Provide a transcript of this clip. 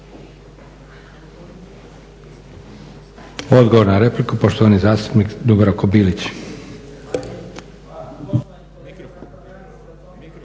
Odgovor na repliku, poštovani zastupnik Dubravko Bilić.